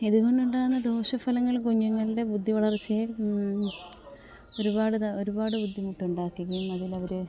ഇത്കൊണ്ട് ഉണ്ടാവുന്ന ദോഷ ഫലങ്ങൾ കുഞ്ഞുങ്ങളുടെ ബുദ്ധി വളര്ച്ചയെ ഒരുപാട് ഒരുപാട് ബുദ്ധിമുട്ട് ഉണ്ടാക്കിയേക്കും അതിൽ അവർ